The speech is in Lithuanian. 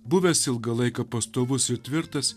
buvęs ilgą laiką pastovus ir tvirtas